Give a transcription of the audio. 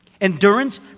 Endurance